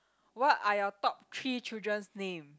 what are your top three children's name